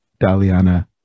Daliana